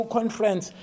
Conference